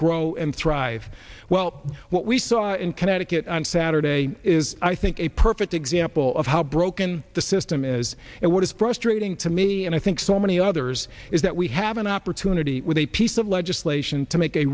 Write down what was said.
grow and thrive well what we saw in connecticut on saturday is i think a perfect example of how broken the system is and what is frustrating to me and i think so many others is that we have an opportunity with a piece of legislation to make a